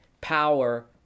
power